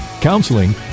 counseling